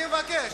אני מבקש.